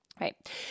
Right